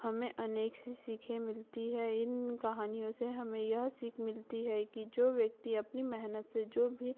हमें अनेक सी सीखें मिलती हैं इन कहानियों से हमें यह सीख मिलती है कि जो व्यक्ति अपनी मेहनत से जो भी